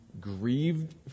grieved